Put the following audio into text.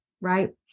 right